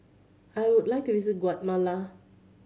I would like to visit Guatemala